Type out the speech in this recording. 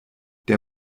der